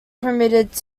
permitted